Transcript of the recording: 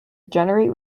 generate